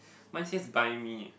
mine says buy me eh